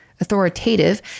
authoritative